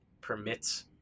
permits